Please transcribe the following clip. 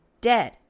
dead